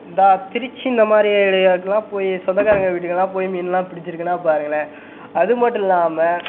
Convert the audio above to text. இந்த திருச்சி இந்த மாதிரி ஏரியாக்கெல்லாம் போய் என் சொந்தக்காரங்கள் வீட்டுக்கெல்லாம் போயி மீனெல்லாம் பிடிச்சுருக்கேன்னா பாருங்களேன் அது மட்டும் இல்லாமல்